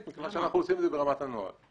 מכיוון שאנחנו עושים זאת ברמת הנוהל.